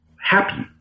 happy